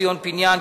ציון פיניאן,